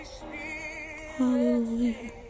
Hallelujah